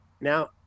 now